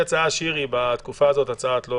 שירי, יש הזדמנות בחודשים האלה